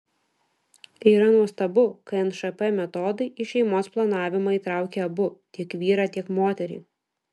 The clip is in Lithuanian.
yra nuostabu kai nšp metodai į šeimos planavimą įtraukia abu tiek vyrą tiek moterį